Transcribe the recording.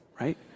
right